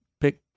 pick